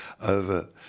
over